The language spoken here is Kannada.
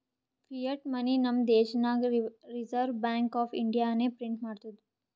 ಫಿಯಟ್ ಮನಿ ನಮ್ ದೇಶನಾಗ್ ರಿಸರ್ವ್ ಬ್ಯಾಂಕ್ ಆಫ್ ಇಂಡಿಯಾನೆ ಪ್ರಿಂಟ್ ಮಾಡ್ತುದ್